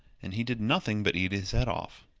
and he did nothing but eat his head off.